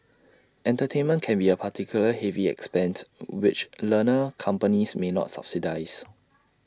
entertainment can be A particularly heavy expense which learner companies may not subsidise